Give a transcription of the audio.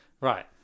Right